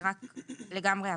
זה רק לגמרי הבהרה.